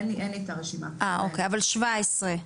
אין לי את הרשימה אבל יש כבר 17,